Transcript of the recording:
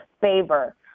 favor